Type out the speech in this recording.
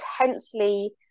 intensely